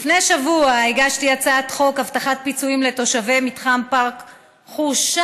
לפני שבוע הגשתי הצעת חוק הבטחת פיצויים לתושבי מתחם פארק "חורשת"